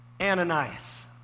Ananias